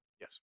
yes